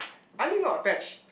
I think not attach